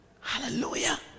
hallelujah